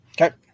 Okay